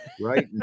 right